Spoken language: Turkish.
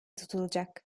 tutulacak